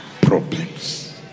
problems